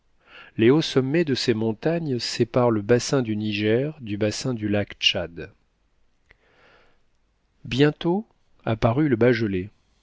les hauts sommets de ces montagnes séparent le bassin du niger du bassin du lac tchad bientôt apparut le bagelé